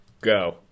go